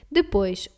Depois